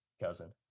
cousin